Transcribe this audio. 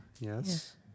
yes